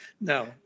No